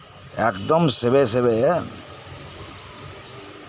ᱮᱠᱫᱚᱢ ᱥᱮᱵᱮᱡ ᱥᱮᱵᱮᱡ